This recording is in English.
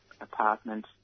apartment